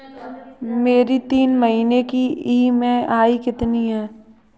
मेरी तीन महीने की ईएमआई कितनी है?